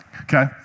Okay